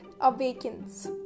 awakens